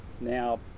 Now